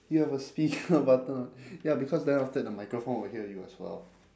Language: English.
you have a speaker button ya because then after that the microphone will hear you as well